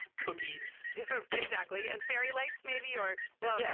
cookies exactly. and fairy lights, maybe or. well, yeah